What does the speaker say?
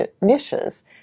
niches